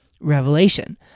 revelation